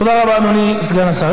תודה רבה, אדוני סגן השר.